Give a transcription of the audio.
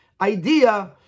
Idea